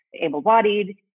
able-bodied